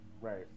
Right